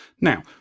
Now